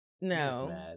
no